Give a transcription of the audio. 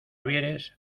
vieres